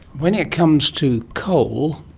when it comes to coal,